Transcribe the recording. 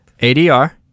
ADR